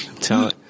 tell